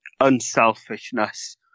unselfishness